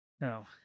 No